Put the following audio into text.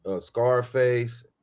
Scarface